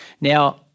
Now